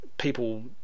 People